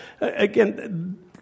again